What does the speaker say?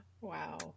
Wow